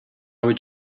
would